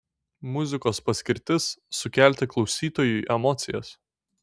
muzikos paskirtis sukelti klausytojui emocijas